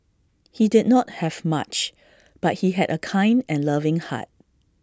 he did not have much but he had A kind and loving heart